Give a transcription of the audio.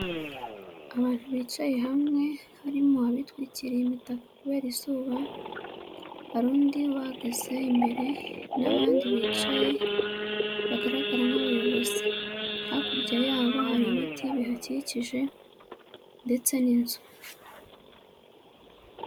Abantu bicaye hamwe, harimo abitwikiriye imitaka kubera izuba, hari undi uhagaze imbere, n'abandi bicaye bagaragara nk'abayobozi, hakurya yabo hari ibiti bihakikije ndetse n'inzu.